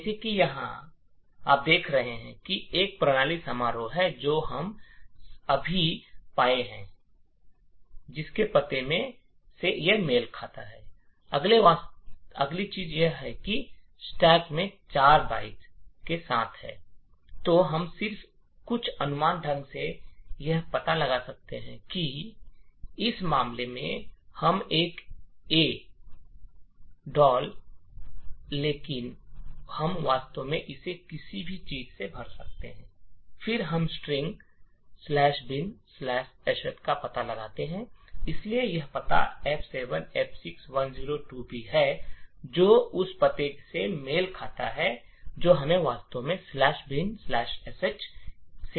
जैसा कि आप यहां देख सकते है यह प्रणाली function है जो हम अभी पाया है के पते से मेल खाता है अगले वास्तव में स्टैक में 4 बाइट्स के थे तो हम सिर्फ यह कुछ मनमाने ढंग से मूल्यों के साथ भरने इस मामले में हम एक डाल लेकिन हम वास्तव में इसे किसी भी चीज़ से भर सकते हैं और फिर हम string bin sh string ""binsh"" का पता लगाते हैं इसलिए यह पता F7F6102B है जो उस पते से मेल खाता है जो हमें वास्तव में बिन श ""binsh"" के लिए मिला है